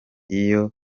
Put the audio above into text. iyo